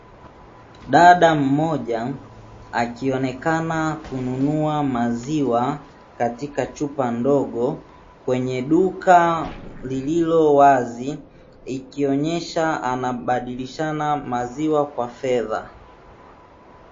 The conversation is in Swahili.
Dada mmoja akionekana kununua maziwa katika chupa ndogo, kwenye duka lililo wazi; ikionyesha anabadilishana maziwa kwa fedha.